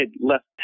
left